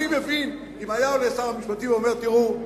אני מבין אם היה עולה שר המשפטים ואומר: תראו,